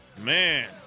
man